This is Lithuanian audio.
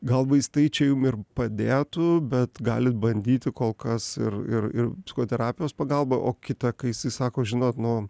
gal vaistai čia jums ir padėtų bet galit bandyti kol kas ir ir ir psichoterapijos pagalbą o kita kai jisai sako žinot nu